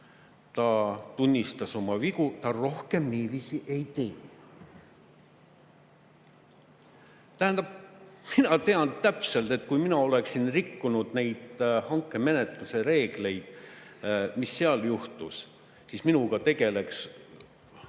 ta tunnistas oma vigu, ta rohkem niiviisi ei tee. Tähendab, mina tean täpselt, et kui mina oleksin rikkunud neid hankemenetluse reegleid, nagu seal juhtus, siis minuga tegeleks